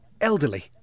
elderly